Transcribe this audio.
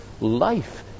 life